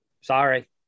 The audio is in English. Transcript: sorry